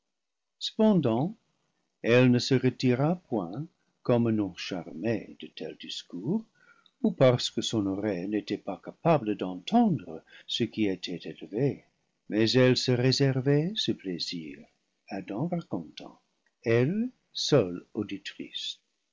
cependant elle ne se retira point comme non charmée de tels discours ou parce que son oreille n'était pas capable d'entendre ce qui était élevé mais elle se réservait ce plaisir adam racontant elle seule auditrice